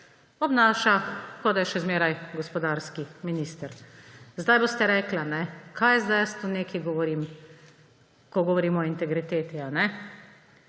obnaša, kot da je še zmeraj gospodarski minister. Zdaj boste rekli, kaj zdaj jaz tu nekaj govorim, ko govorim o integriteti.